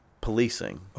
policing